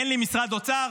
אין לי משרד אוצר,